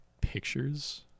pictures